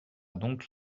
donc